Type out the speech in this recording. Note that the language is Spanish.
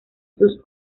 sus